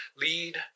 lead